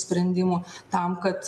sprendimų tam kad